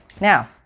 Now